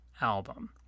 album